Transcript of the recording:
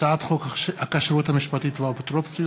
הצעת חוק הכשרות המשפטית והאפוטרופסות